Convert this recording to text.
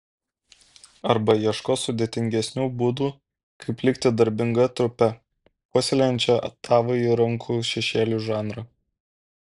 arba ieškos sudėtingesnių būdų kaip likti darbinga trupe puoselėjančia tavąjį rankų šešėlių žanrą